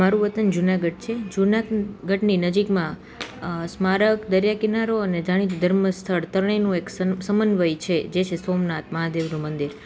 મારું વતન જુનાગઢ છે જુના ગઢની નજીકમાં અ સ્મારક દરિયા કિનારો અને જાણીતા ધર્મ સ્થળ ત્રણેયનું એક સમન્વય છે જે છે સોમનાથ મહાદેવનું મંદિર